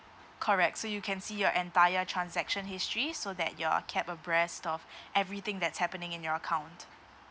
correct so you can see your entire transaction history so that you're kept abreast of everything that's happening in your account